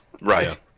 Right